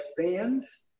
fans